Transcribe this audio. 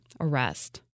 arrest